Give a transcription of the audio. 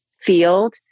field